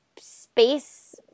space